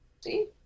See